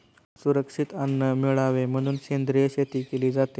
सुरक्षित अन्न मिळावे म्हणून सेंद्रिय शेती केली जाते